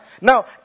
Now